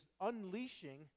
unleashing